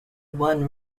won